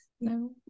no